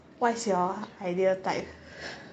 what's your ideal type